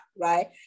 right